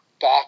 back